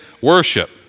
worship